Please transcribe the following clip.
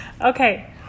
Okay